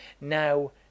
Now